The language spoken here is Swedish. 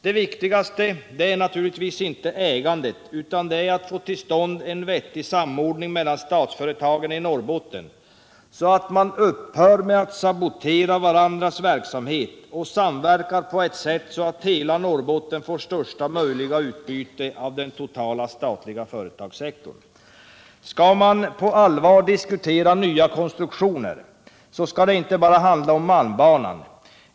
Det viktigaste är naturligtvis inte ägandet utan det är att få till stånd en vettig samordning mellan statsföretagen i Norrbotten, så att man upphör att sabotera varandras verksamhet och samverkar på ett sätt så att hela Norrbotten får största möjliga utbyte av den totala statliga företagssektorn. Skall man på allvar diskutera nya konstruktioner så skall det inte bara handla om malmbanan.